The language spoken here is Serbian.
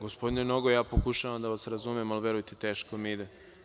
Gospodine Nogo, ja pokušavam da vas razumem, ali verujte mi teško mi ide.